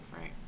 right